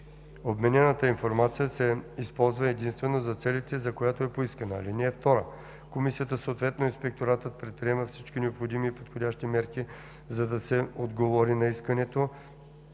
Обменената информация се използва единствено за целите, за които е поискана. (2) Комисията, съответно инспекторатът предприема всички необходими и подходящи мерки, за да се отговори на искането